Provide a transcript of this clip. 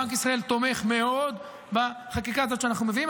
בנק ישראל תומך מאוד בחקיקה הזו שאנחנו מביאים.